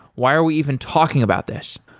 why are we even talking about this?